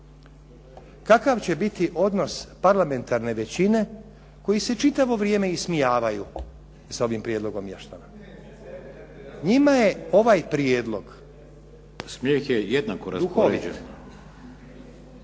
Kakav će biti odnos parlamentarne većine koji se čitavo vrijeme ismijavaju s ovim prijedlogom mještana? **Šeks, Vladimir (HDZ)** Smijeh je jednako raspoređen.